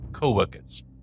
co-workers